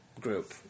group